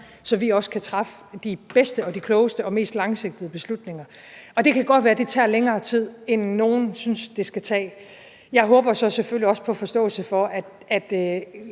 så vi også kan træffe de bedste og de klogeste og mest langsigtede beslutninger. Det kan godt være, at det tager længere tid, end nogle synes det skal tage. Jeg håber så selvfølgelig også på forståelse for, at